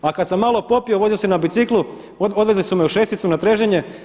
A kad sam malo popio, vozio se na biciklu odvezli su me u šesticu na trežnjenje.